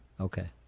Okay